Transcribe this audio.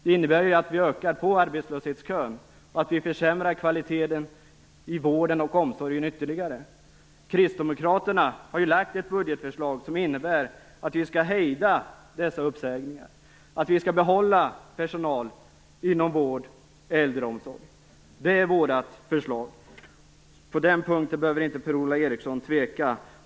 Det innebär att vi ökar på arbetslöshetskön och att vi försämrar kvaliteten i vård och omsorg ytterligare. Kristdemokraterna har lagt fram ett budgetförslag som innebär att vi skall hejda dessa uppsägningar och behålla personal inom vård och äldreomsorg. Det är vårt förslag. På den punkten behöver inte Per-Ola Eriksson tveka.